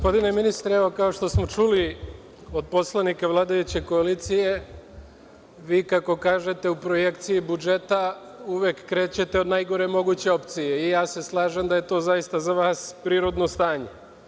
Gospodine ministre, evo, kao što smo čuli od poslanika vladajuće koalicije, vi, kako kažete, u projekciji budžeta uvek krećete od najgore moguće opcije i ja se slažem da je to zaista za vas prirodno stanje.